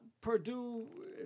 Purdue